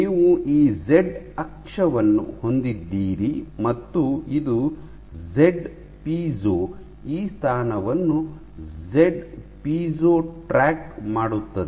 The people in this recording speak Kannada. ನೀವು ಈ ಝೆಡ್ ಅಕ್ಷವನ್ನು ಹೊಂದಿದ್ದೀರಿ ಮತ್ತು ಇದು ಝೆಡ್ ಪೈಜೊ ಈ ಸ್ಥಾನವನ್ನು ಝೆಡ್ ಪೈಜೊ ಟ್ರ್ಯಾಕ್ ಮಾಡುತ್ತದೆ